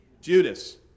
Judas